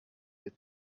that